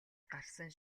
гарсан